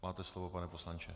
Máte slovo, pane poslanče.